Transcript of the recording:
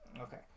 Okay